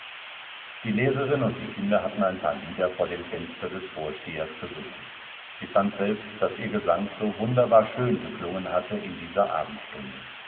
die lehrerin und die kinder hatten ein paar lieder vor dem fenster des vorstehers gesungen sie fand selbst daß ihr gesang so wunderbar schön geklungen hatte in dieser abendstunde